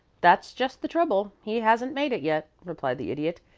that's just the trouble. he hasn't made it yet, replied the idiot.